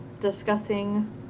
discussing